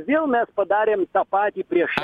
vėl mes padarėm tą patį prieš